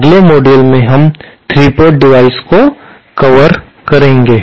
अगले मॉड्यूल में हम 3 पोर्ट डिवाइस को कवर करेंगे